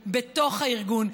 הארגון, בתוך הארגון.